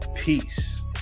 Peace